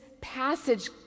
passage